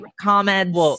comments